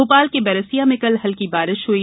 भोपाल के बैरसिया में कल हल्की बारिश हुई